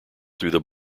through